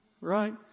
right